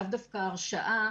לאו דווקא הרשעה